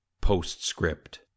Postscript